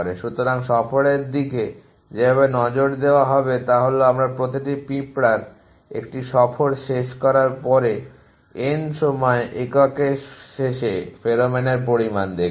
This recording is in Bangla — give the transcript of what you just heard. সুতরাং সফরের দিকে যেভাবে নজর দেওয়া হবে তা হল আমরা প্রতিটি পিঁপড়ার একটি সফর শেষ করার পরে N সময় এককের শেষে ফেরোমোনের পরিমাণ দেখব